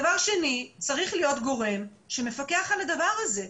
דבר שני, צריך להיות גורם שמפקח על הדבר הזה.